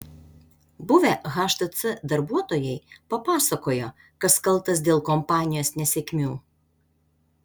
buvę htc darbuotojai papasakojo kas kaltas dėl kompanijos nesėkmių